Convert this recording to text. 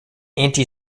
anti